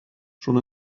schon